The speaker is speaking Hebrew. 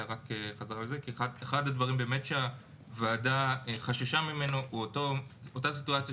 כי אחד הדברים שהוועדה חששה ממנו היה אותה סיטואציה